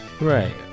right